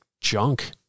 junk